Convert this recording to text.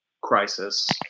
crisis